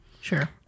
Sure